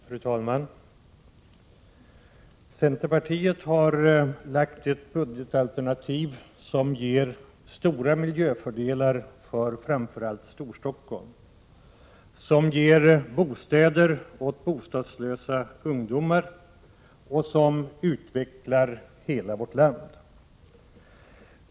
Fru talman! Centerpartiet har lagt fram ett budgetalternativ, - som ger stora miljöfördelar för framför allt Storstockholm, - som ger bostäder åt bostadslösa ungdomar och = som utvecklar hela vårt land.